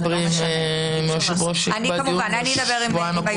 אני אדבר עם היושב-ראש לקדם את הדיון